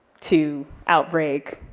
to outbreak,